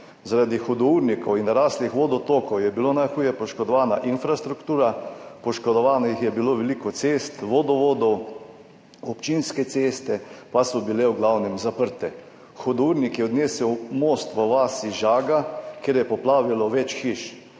Zaradi hudournikov in naraslih vodotokov je bila najhuje poškodovana infrastruktura, poškodovanih je bilo veliko cest, vodovodov, občinske ceste pa so bile v glavnem zaprte. Hudournik je odnesel most v vasi Žaga, kjer je poplavilo več hiš.